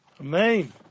Amen